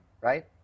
right